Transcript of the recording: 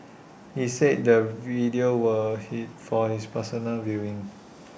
he said the videos were for his personal viewing